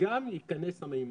וגם ייכנס למימן.